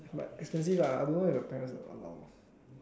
but expensive lah I don't know if my parents would allow